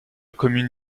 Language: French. commune